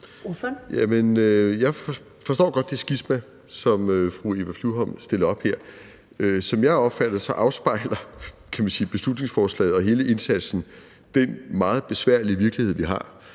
Jeg forstår godt det skisma, som fru Eva Flyvholm stiller op her. Som jeg opfatter det, afspejler beslutningsforslaget og hele indsatsen den meget besværlige virkelighed, vi har,